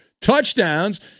touchdowns